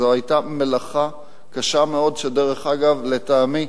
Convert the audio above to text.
זו היתה מלאכה קשה מאוד, שדרך אגב, לטעמי